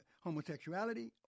homosexuality